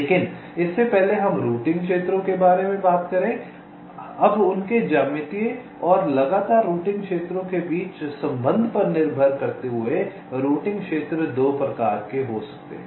लेकिन इससे पहले हम रूटिंग क्षेत्रों के बारे में बात करते हैं अब उनके ज्यामितीय और लगातार रूटिंग क्षेत्रों के बीच संबंध पर निर्भर करते हुए रूटिंग क्षेत्र 2 प्रकार के हो सकते हैं